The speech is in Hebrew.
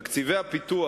תקציבי הפיתוח,